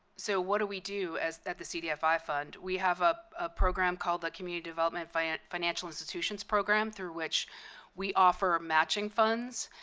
so what do we do as at the cdfi fund? we have a program called the community development financial institutions program through which we offer matching funds.